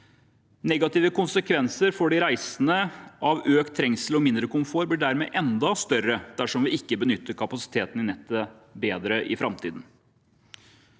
Negative konsekvenser for de reisende av økt trengsel og mindre komfort blir dermed enda større dersom vi ikke benytter kapasiteten i nettet bedre i framtiden.